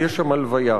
כי יש שם הלוויה.